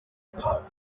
pub